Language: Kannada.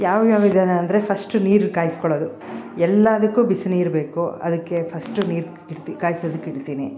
ಯಾವ ಯಾವ ವಿಧಾನ ಅಂದರೆ ಫಸ್ಟು ನೀರು ಕಾಯಿಸ್ಕೋಳೊದು ಎಲ್ಲಾದುಕ್ಕು ಬಿಸಿ ನೀರು ಬೇಕು ಅದಕ್ಕೆ ಫಸ್ಟು ನೀರು ಕಿಡ್ತಿ ಕಾಯಿಸೋದಕಿಡ್ತೀನಿ